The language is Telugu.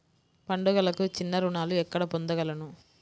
పండుగలకు చిన్న రుణాలు ఎక్కడ పొందగలను?